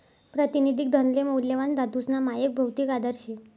प्रातिनिधिक धनले मौल्यवान धातूसना मायक भौतिक आधार शे